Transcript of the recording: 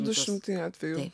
du šimtai atvejų